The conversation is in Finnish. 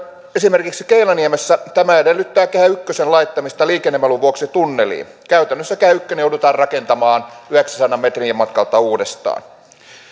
esimerkiksi keilaniemessä tämä edellyttää kehä ykkösen laittamista liikennemelun vuoksi tunneliin käytännössä kehä ykkönen joudutaan rakentamaan yhdeksänsadan metrin matkalta uudestaan